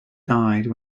died